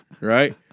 Right